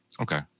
Okay